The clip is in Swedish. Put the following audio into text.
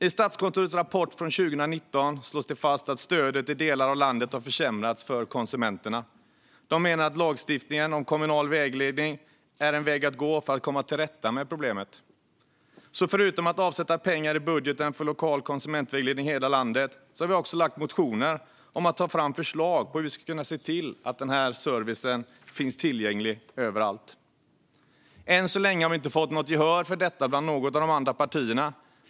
I Statskontorets rapport från 2019 slås det fast att stödet i delar av landet har försämrats för konsumenterna. Statskontoret menar att lagstiftningen om kommunal vägledning är en väg att gå för att komma till rätta med problemet. Så förutom att avsätta pengar i budgeten för lokal konsumentvägledning i hela landet har vi väckt motioner om att det ska tas fram förslag om hur vi ska kunna se till att denna service finns tillgänglig överallt. Än så länge har vi inte fått något gehör för detta bland något av de andra partierna.